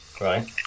Right